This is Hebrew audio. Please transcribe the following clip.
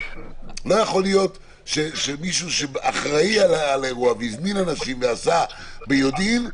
לא יכול להיות שמישהו שאחראי על האירוע והזמין אנשים ועשה ביודעין,